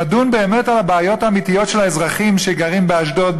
שנדון באמת על הבעיות האמיתיות של האזרחים שגרים באשדוד,